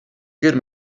good